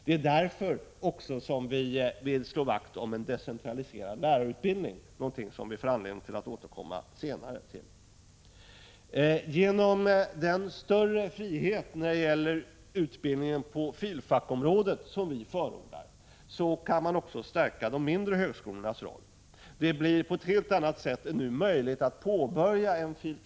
Det är därför som vi vill slå vakt om en decentraliserad lärarutbildning, något som vi får anledning att senare återkomma till. Genom den större frihet inom utbildningen på fil. fak.-området som vi förordar kan man också stärka de mindre högskolornas roll. På ett helt annat sätt än nu kommer det att bli möjligt att påbörja en fil.